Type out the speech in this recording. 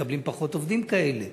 מקבלים פחות עובדים כאלה,